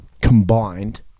combined